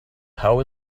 how